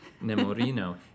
Nemorino